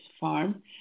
farm